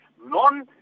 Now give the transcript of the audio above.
non